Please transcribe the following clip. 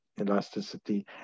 elasticity